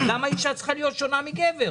למה אישה צריכה להיות שונה מגבר?